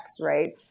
right